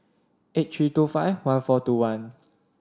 eight three two five one four two one